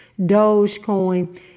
Dogecoin